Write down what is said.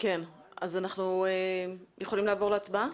אנחנו יכולים לעבור להצבעה?